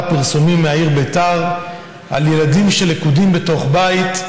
הפרסומים מהעיר ביתר על ילדים שלכודים בתוך בית,